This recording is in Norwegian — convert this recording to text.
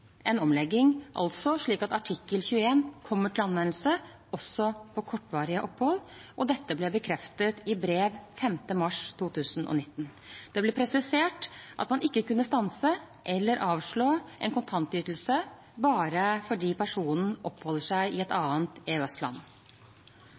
en omlegging, altså slik at artikkel 21 kommer til anvendelse også på kortvarige opphold, og dette ble bekreftet i brev av 5. mars 2019. Det ble presisert at man ikke kunne stanse eller avslå en kontantytelse bare fordi personen oppholdt seg i